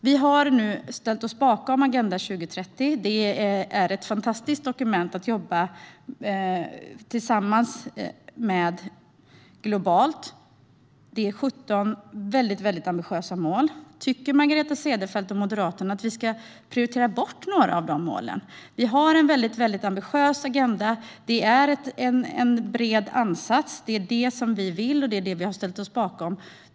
Vi har nu ställt oss bakom Agenda 2030. Det är ett fantastiskt dokument att jobba tillsammans med globalt. Det är 17 mycket ambitiösa mål. Tycker Margareta Cederfelt och Moderaterna att vi ska prioritera bort några av målen? Vi har en ambitiös agenda med en bred ansats som vi har ställt oss bakom.